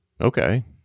Okay